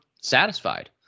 satisfied